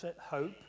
hope